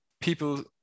people